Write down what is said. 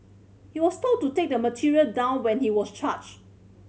he was told to take the material down when he was charge